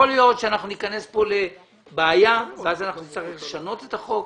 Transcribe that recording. יכול להיות שאנחנו ניכנס כאן לבעיה ואז אנחנו נצטרך לשנות את החוק.